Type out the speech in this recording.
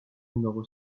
numéro